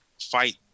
fight